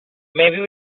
maybe